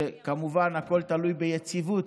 כמובן הכול תלוי ביציבות,